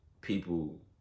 people